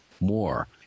more